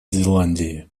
зеландии